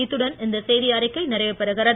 இத்துடன் இந்த செய்தி அறிக்கை நிறைவு பெறுகிறது